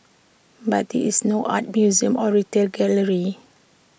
but this is no art museum or retail gallery